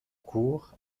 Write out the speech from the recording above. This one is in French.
court